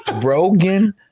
Brogan